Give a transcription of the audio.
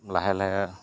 লাহে লাহে